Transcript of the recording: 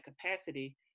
capacity